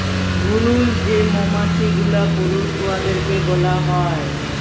ভুরুল যে মমাছি গুলা পুরুষ উয়াদেরকে ব্যলা হ্যয়